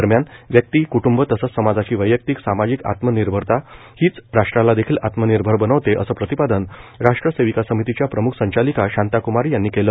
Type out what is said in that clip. दरम्यान व्यक्ती कुटुंब तसेच समाजाची वैचारिक सामाजिक आत्म निर्भरता हीच राष्ट्राला देखील आत्मनिर्भर बनवते अस प्रतिपादन राष्ट्र सेविका समिति च्या प्रमुख संचालिका शांता कुमारी यांनी केले